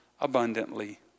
abundantly